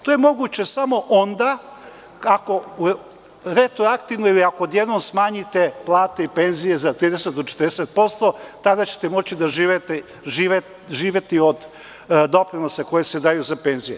To je moguće samo onda ako retroaktivno ili ako odjednom smanjite plate i penzije za 30 do 40%, tada ćete moći da živite od doprinosa koji se daju za penzije.